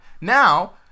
Now